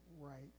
right